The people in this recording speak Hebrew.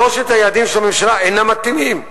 שלושת היעדים של הממשלה אינם מתאימים.